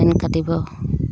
fine কাটিব